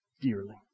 dearly